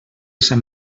sant